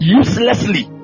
uselessly